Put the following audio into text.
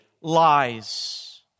lies